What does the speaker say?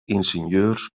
ingenieurs